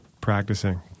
practicing